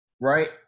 right